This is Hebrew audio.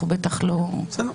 החוצה.